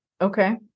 okay